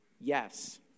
yes